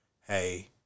hey